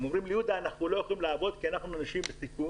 הם אומרים לי שהם לא יכולים לעבוד כי הם אנשים בסיכון,